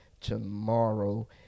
tomorrow